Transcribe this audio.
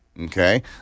Okay